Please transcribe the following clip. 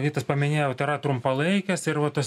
vytas paminėjo tai yra trumpalaikės ir va tos